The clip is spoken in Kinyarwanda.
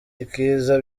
ikiza